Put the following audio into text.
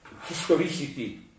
historicity